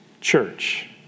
church